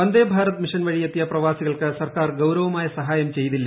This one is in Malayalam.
വന്ദേ ഭാരത് മിഷൻ വഴി എത്തിയ പ്രവാസികൾക്ക് സർക്കാർ ഗൌരവമായ സഹായം ചെയ്തില്ല